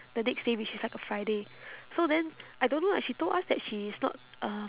the next day which is like a friday so then I don't know lah she told us that she is not uh